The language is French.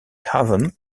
haven